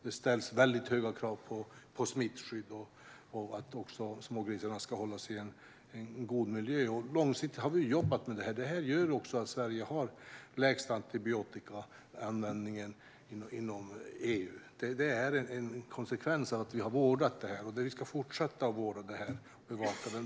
Det ställs höga krav på smittskydd och att smågrisarna ska hållas i en god miljö. Vi har jobbat långsiktigt med detta, och det har gjort att Sverige har den lägsta antibiotikaanvändningen inom EU. Det är en konsekvens av att vi har vårdat detta, och vi ska fortsätta att vårda och bevaka det.